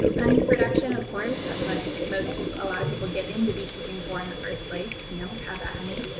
honey production of course. that's what most people, a lot of people get into beekeeping for in the first place, you know, have that honey.